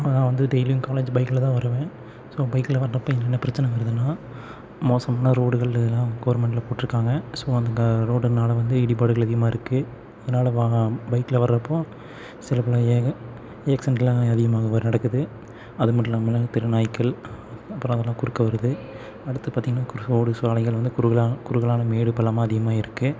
நான் வந்து டெயிலியும் காலேஜ் பைக்கில்தான் வருவேன் ஸோ பைக்கில் வர்றப்போ என்னென்ன பிரச்சின வருதுன்னால் மோசமான ரோடுகள் இதெலாம் கவுர்மெண்ட்டில் போட்டிருக்காங்க ஸோ அங்கே ரோடினால வந்து இடிபாடுகள் அதிகமாக இருக்குது அதனால வாக பைக்கில் வர்றப்போது சில பல ஏக ஏக்சிடன்டெலாம் அதிகமாக வரு நடக்குது அது மட்டும் இல்லாமல் தெரு நாய்கள் அப்புறம் அதலாம் குறுக்கே வருது அடுத்து பார்த்தீங்கனா குறுக் ரோடு சாலைகள் வந்து குறுகலான குறுகலான மேடு பள்ளமாக அதிகமாக இருக்குது